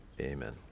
amen